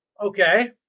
Okay